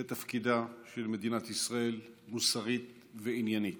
זה תפקידה של מדינת ישראל, מוסרית ועניינית.